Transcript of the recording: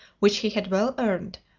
which he had well earned,